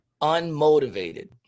Unmotivated